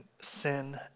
sin